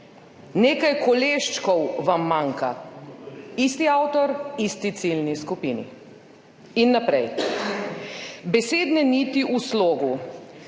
»Nekaj koleščkov vam manjka,« isti avtor isti ciljni skupini. In naprej. Besedne niti v slogu: